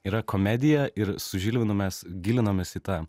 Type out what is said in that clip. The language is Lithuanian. yra komedija ir su žilvinu mes gilinamės į tą